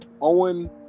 Owen